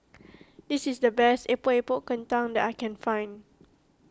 this is the best Epok Epok Kentang that I can find